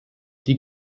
die